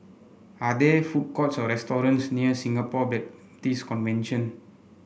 are there food courts or restaurants near Singapore Baptist Convention